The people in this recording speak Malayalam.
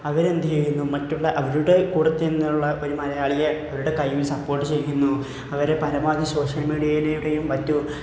അവരെ എന്ത് ചെയ്യുന്നു മറ്റുള്ള അവരുടെ കൂട്ടത്തിൽ നിന്നുള്ള ഒരു മലയാളിയെ അവരുടെ കൈയിൽ സപ്പോർട്ട് ചെയ്യുന്നു അവരെ പരമാവധി സോഷ്യൽ മീഡിയയിലൂടെയും മറ്റും